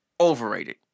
overrated